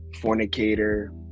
fornicator